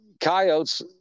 coyotes